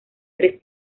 tres